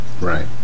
Right